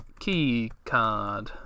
keycard